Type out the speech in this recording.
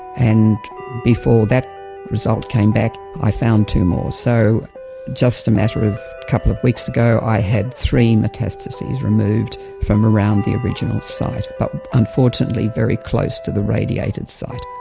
and before that result came back i found two more. so just a matter of a couple of weeks ago i had three metastases removed from around the original site, but unfortunately very close to the radiated site.